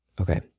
Okay